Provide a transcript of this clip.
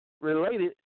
related